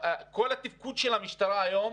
כל התפקוד של המשטרה היום